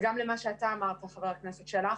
וגם למה שאתה אמרת, חבר הכנסת שלח.